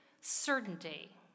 certainty